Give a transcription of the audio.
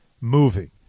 moving